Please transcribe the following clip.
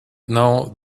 know